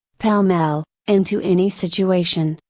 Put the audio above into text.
pell mell, into any situation,